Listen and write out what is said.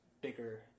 bigger